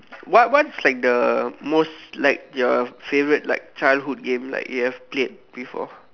what what is like the most like your favourite like childhood like game that you have played before